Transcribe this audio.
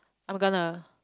I'm gonna